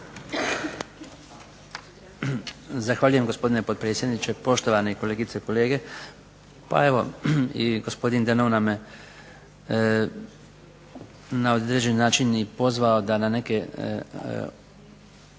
Zahvaljujem gospodine potpredsjedniče, poštovane kolegice i kolege. Pa evo i gospodin Denona me na određen način i pozvao da na neke